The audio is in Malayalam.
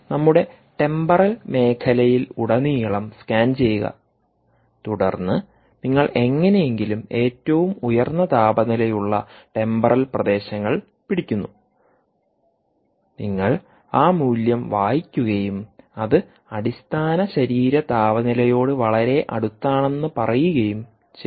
നമ്മുടെ ടെമ്പറൽ മേഖലയിലുടനീളം സ്കാൻ ചെയ്യുക തുടർന്ന് നിങ്ങൾ എങ്ങനെയെങ്കിലും ഏറ്റവും ഉയർന്ന താപനിലയുളള ടെമ്പറൽ പ്രദേശങ്ങൾ പിടിക്കുന്നു നിങ്ങൾ ആ മൂല്യം വായിക്കുകയും അത് അടിസ്ഥാന ശരീര താപനിലയോട് വളരെ അടുത്താണെന്ന് പറയുകയും ചെയ്തു